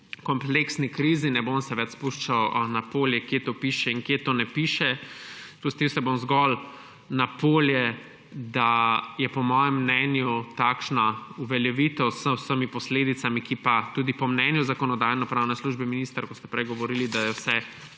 kompleksni krizi. Ne bom se več spuščal na polje, kje to piše in kje to ne piše, spustil se bom zgolj na polje, da je po mojem mnenju takšna uveljavitev z vsemi posledicami, ki pa tudi po mnenju Zakonodajno-pravne službe – minister, kot ste prej govorili, da je vse